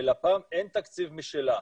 ללפ"מ אין תקציב משלה,